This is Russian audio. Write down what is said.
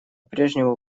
прежнему